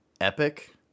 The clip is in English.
Epic